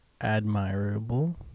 admirable